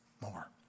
more